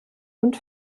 und